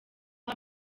aho